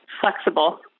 flexible